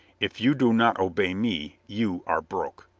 if you do not obey me you are broke.